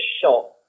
shot